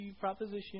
proposition